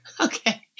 Okay